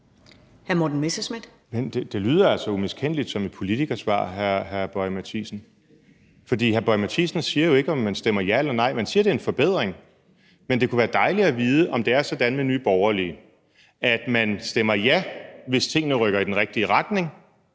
Det lyder altså umiskendeligt som et politikersvar, hr. Lars Boje Mathiesen. For hr. Lars Boje Mathiesen siger jo ikke, om man stemmer ja eller nej. Man siger, at det er en forbedring, men det kunne være dejligt at vide, om det er sådan med Nye Borgerlige, at man stemmer ja, hvis tingene går i den rigtige retning,